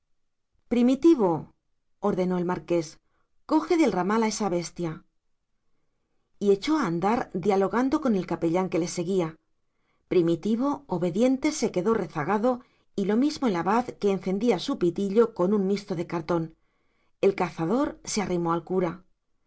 más primitivo ordenó el marqués coge del ramal a esa bestia y echó a andar dialogando con el capellán que le seguía primitivo obediente se quedó rezagado y lo mismo el abad que encendía su pitillo con un misto de cartón el cazador se arrimó al cura